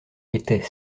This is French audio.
était